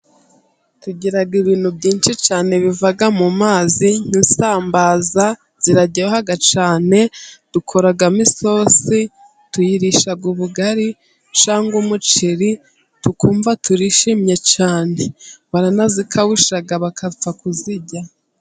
Tugira ibintu byinshi cyane biva mu mazi, nk'isambaza ziraryoha cyane, dukoramo isosi, tuyirisha ubugari cyangwa umuceri tukumva turishimye cyane, baranazikawusha bagapfa kuzirya.